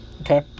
Okay